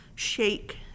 shake